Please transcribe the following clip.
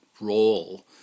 role